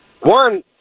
One